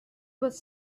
was